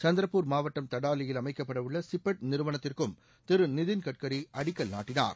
சந்திரப்பூர் மாவட்டம் தடாலியில் அமைக்கப்படவுள்ள சிப்பெட் நிறுவனத்திற்கும் திரு நிதின்கட்கரி அடிக்கல் நாட்டினார்